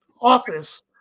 office